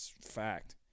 Fact